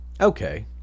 Okay